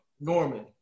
Norman